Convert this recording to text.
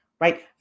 right